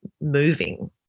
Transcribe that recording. moving